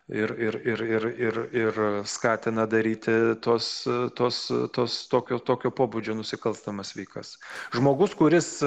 ir ir ir ir ir ir skatina daryti tuos tuos tuos tokio tokio pobūdžio nusikalstamas veikas žmogus kuris